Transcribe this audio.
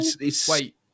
Wait